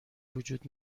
وجود